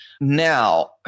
Now